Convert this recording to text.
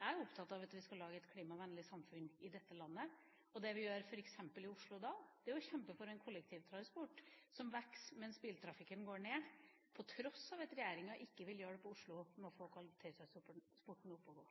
Jeg er opptatt av at vi skal lage et klimavennlig samfunn i dette landet. Og det vi gjør f.eks. i Oslo da, er å kjempe for en kollektivtransport som vokser mens biltrafikken går ned, på tross av at regjeringa ikke vil hjelpe Oslo med å få kollektivtransporten opp å gå.